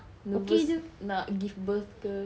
nervous nak give birth ke